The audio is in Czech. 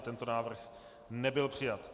Tento návrh nebyl přijat.